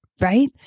right